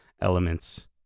elements